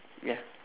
ya